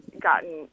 gotten